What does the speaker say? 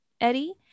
Eddie